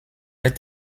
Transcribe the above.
est